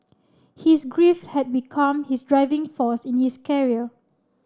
his grief had become his driving force in his career